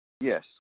Yes